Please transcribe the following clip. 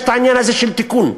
יש העניין הזה של תיקון,